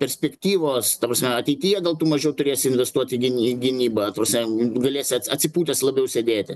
perspektyvos ta prasme ateityje gal tu mažiau turėsi investuoti į gyn į gynybą ta prasme galėsi atsipūtęs labiau sėdėti